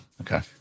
Okay